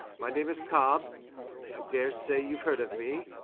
my name is cobb i daresay you've heard of me.